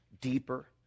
deeper